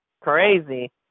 crazy